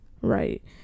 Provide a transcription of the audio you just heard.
right